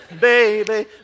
Baby